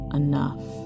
enough